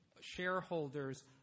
shareholders